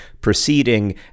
proceeding